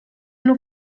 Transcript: nur